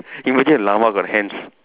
imagine a llama got hands